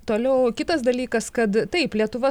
toliau kitas dalykas kad taip lietuva